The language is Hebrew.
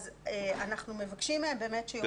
אנחנו מבקשים מהם באמת שיורידו את הדברים האלה.